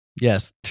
yes